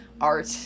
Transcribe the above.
art